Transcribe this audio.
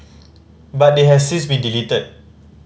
but they have since been deleted